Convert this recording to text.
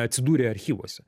atsidūrę archyvuose